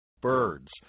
birds